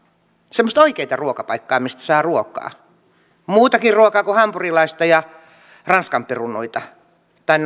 semmoista oikeaa ruokapaikkaa mistä saa ruokaa muutakin ruokaa kuin hampurilaista ja ranskanperunoita tai